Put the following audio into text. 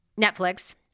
Netflix